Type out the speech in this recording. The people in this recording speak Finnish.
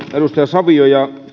edustaja savio ja